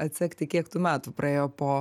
atsekti kiek tų metų praėjo po